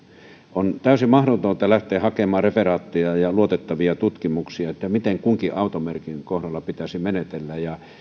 on täysin mahdotonta lähteä hakemaan referaattia ja luotettavia tutkimuksia siitä miten kunkin automerkin kohdalla pitäisi menetellä ja